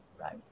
right